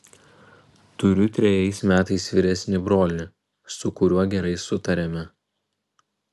turiu trejais metais vyresnį brolį su kuriuo gerai sutariame